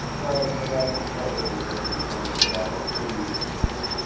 brian, in essence, what were they looking for because that's a pretty. eight seven.